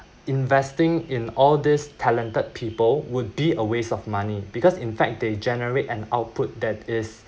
investing in all these talented people would be a waste of money because in fact they generate an output that is